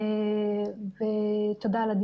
ואני